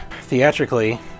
Theatrically